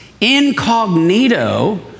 incognito